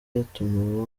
yatumiwe